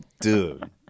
dude